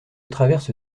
traverse